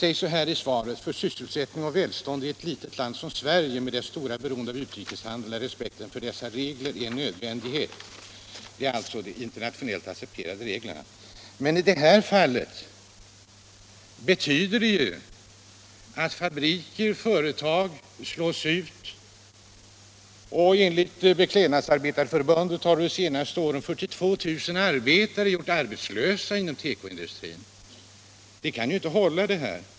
I svaret står: ”För sysselsättning och välstånd i ett litet land som Sverige med dess stora beroende av utrikeshandeln är respekten för dessa regler en nödvändighet.” Det gäller alltså de internationellt accepterade reglerna. Men i detta fall betyder det ju att företag slås ut, och enligt Beklädnadsarbetarförbundet har under de senaste åren 42 000 arbetare gjorts arbetslösa inom tekoindustrin. Det kan ju inte hålla.